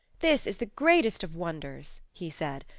this is the greatest of wonders, he said.